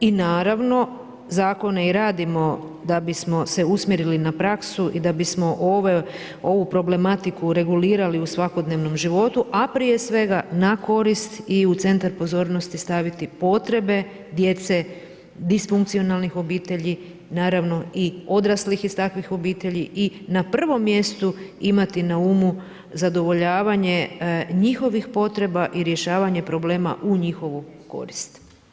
I naravno, zakone i radimo da bismo se usmjerili na praksu i da bismo ovu problematiku regulirali u svakodnevnom životu, a prije svega na korist i u centar pozornosti potrebe djece, disfunkcionalnh obitelji, naravno i odraslih iz takvih obitelji i na prvom mjestu imati na umu zadovoljavanje njihovih potreba i rješavanje problema u njihovu korist.